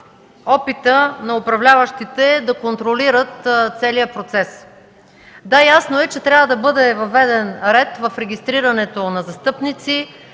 опитът на управляващите да контролират целия процес. Ясно е, че трябва да бъде въведен ред в регистрирането на застъпници,